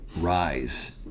rise